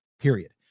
Period